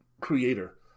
creator